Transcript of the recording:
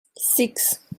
six